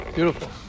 Beautiful